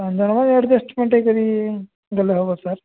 ପାଞ୍ଚ ଜଣ ପାଇଁ ଆଡଜଷ୍ଟ୍ମେଣ୍ଟ୍ ହୋଇକରି ଗଲେ ହେବ ସାର୍